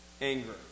anger